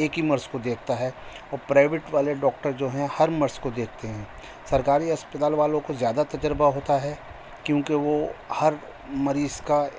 ایک ہی مرض کو دیکھتا ہے اور پرائیوٹ والے ڈاکٹر جو ہیں ہر مرض کو دیکھتے ہیں سرکاری اسپتال والوں کو ذیادہ تجربہ ہوتا ہے کیونکہ وہ ہر مریض کا